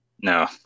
No